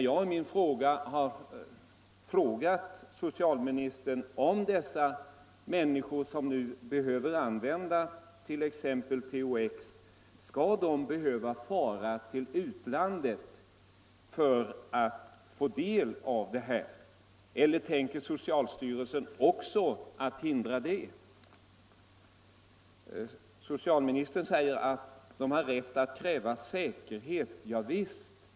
Jag har frågat socialministern om de människor som nu behöver använda t.ex. THX skall vara tvungna att fara till utlandet för att få använda sådana medel. Jag vill vidare fråga: Tänker socialministern förhindra även det? Socialministern säger att människor har rätt att kräva säkerhet. Ja visst 21 har de det.